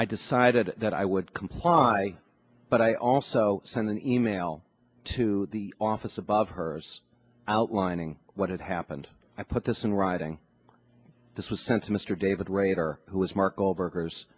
i decided that i would comply but i also sent an email to the office above hers outlining what had happened i put this in writing this was sent to mr david raider who is mar